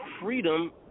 freedom